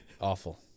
awful